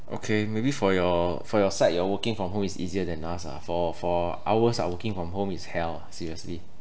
okay maybe for your for your side your working from home is easier than us ah for for ours our working from home is hell lah seriously